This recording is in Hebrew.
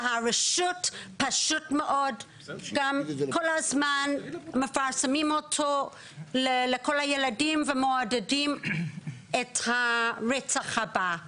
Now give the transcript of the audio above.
והרשות גם כל הזמן מפרסמת אותו לכל הילדים ומעודדת את הרצח הבא.